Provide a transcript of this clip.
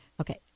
Okay